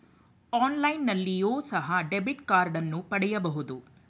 ಆನ್ಲೈನ್ನಲ್ಲಿಯೋ ಸಹ ಡೆಬಿಟ್ ಕಾರ್ಡನ್ನು ಪಡೆಯಬಹುದು